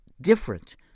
different